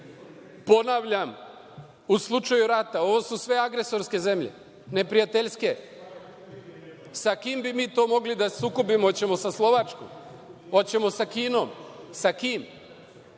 Ponavljam, u slučaju rata, ovo su sve agresorske i neprijateljske zemlje. Sa kim bi mi to mogli da se sukobimo? Hoćemo sa Slovačkom? Hoćemo sa Kinom? Sa kim?